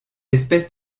espèces